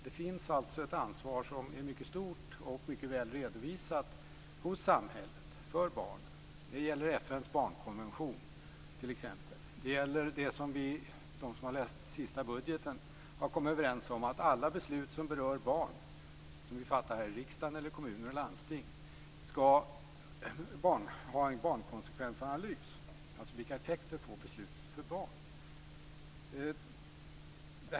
Det finns ett ansvar för barnen hos samhället som är mycket stort och som är mycket väl redovisat. Det gäller t.ex. FN:s barnkonvention. De som har läst den senaste budgeten vet att vi har kommit överens om att alla beslut som berör barn som fattas här i riksdagen eller i kommuner och landsting skall ha en barnkonsekvensanalys. Vilka effekter får beslutet för barn?